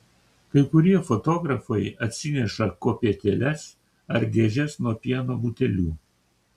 kai kurie fotografai atsineša kopėtėles ar dėžes nuo pieno butelių